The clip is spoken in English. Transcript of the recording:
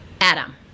Adam